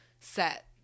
set